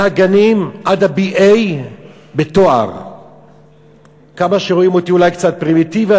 מהגנים ועד תואר BA. כמה שרואים אותי אולי פרימיטיבי,